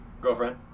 Girlfriend